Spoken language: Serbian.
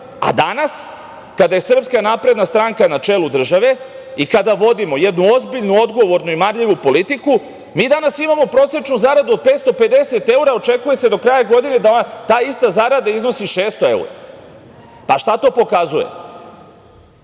a danas kada je SNS na čelu države i kada vodimo jednu ozbiljnu, odgovornu i marljivu politiku, mi danas imamo prosečnu zaradu od 550 evra, očekuje se do kraja godine da ta ista zarada iznosi 600 evra. Pa, šta to pokazuje?